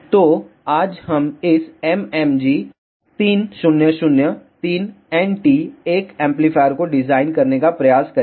तो आज हम इस MMG 3003NT1 एम्पलीफायर को डिजाइन करने का प्रयास करेंगे